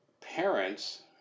parents